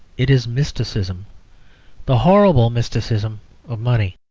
it is mysticism the horrible mysticism of money.